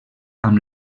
amb